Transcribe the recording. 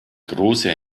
große